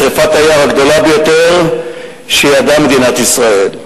שרפת היער הגדולה ביותר שידעה מדינת ישראל.